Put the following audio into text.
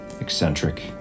Eccentric